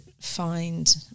find